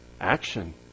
Action